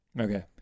Okay